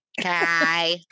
Hi